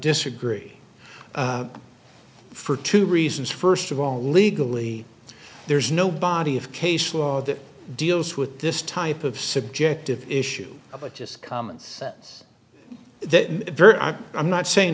disagree for two reasons first of all legally there's no body of case law that deals with this type of subjective issue of a just common sense i'm not saying